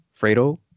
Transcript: Fredo